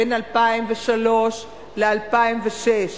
בין 2003 ל-2006.